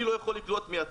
אני לא יכול לקלוט מיצרן,